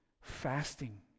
Fasting